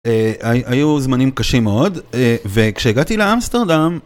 א.. היו זמנים קשים מאוד, א.. וכשהגעתי לאמסטרדם...